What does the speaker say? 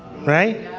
right